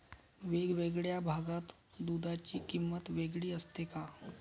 वेगवेगळ्या भागात दूधाची किंमत वेगळी असते का?